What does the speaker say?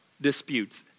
disputes